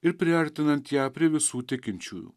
ir priartinant ją prie visų tikinčiųjų